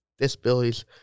disabilities